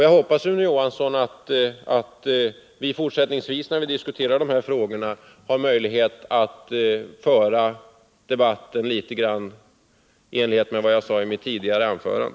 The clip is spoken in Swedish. Jag hoppas, Sune Johansson, att vi fortsättningsvis när vi diskuterar de här frågorna har möjligheter att föra debatten litet grand i enlighet med vad jag sade i mitt tidigare anförande.